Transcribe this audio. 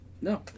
No